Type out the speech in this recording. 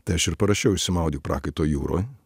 tai aš ir parašiau išsimaudyk prakaito jūroj